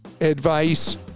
advice